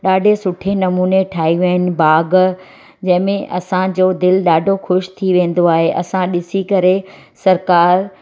ॾाढे सुठे नमूने ठाहियूं आहिनि बाग जंहिंमें असांजो दिलि ॾाढो ख़ुशि थी वेंदो आहे असां ॾिसी करे सरकारु